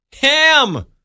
ham